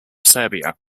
serbia